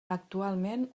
actualment